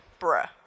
Bruh